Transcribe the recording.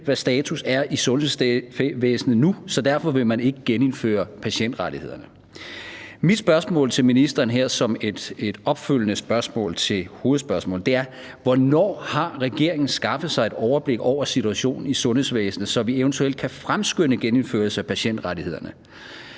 hvad status er i sundhedsvæsenet nu, så derfor vil man ikke genindføre patientrettighederne. Mit spørgsmål til ministeren her som et opfølgende spørgsmål til hovedspørgsmålet er: Hvornår har regeringen skaffet sig et overblik over situationen i sundhedsvæsenet, så vi eventuelt kan fremskynde genindførelsen af patientrettighederne?